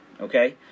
okay